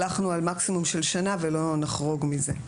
הלכנו על מקסימום של שנה ולא נחרוג מזה.